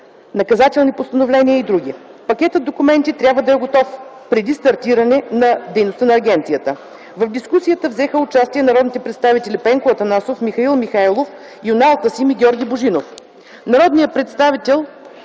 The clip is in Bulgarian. наказателни постановления и др. Пакетът документи трябва да е готов преди стартиране на дейността на агенцията. В дискусията взеха участие народните представители Пенко Атанасов, Михаил Михайлов, Юнал Тасим и Георги Божинов. Народният представител